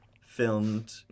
filmed